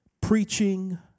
preaching